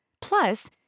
Plus